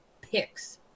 picks